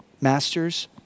masters